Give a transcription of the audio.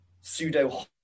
pseudo